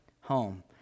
home